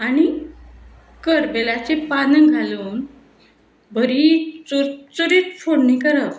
आनी करवेलाचीं पानां घालून बरी चरचरीत फोडणी करप